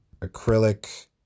acrylic